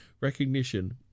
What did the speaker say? recognition